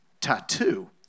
tattoo